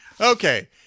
Okay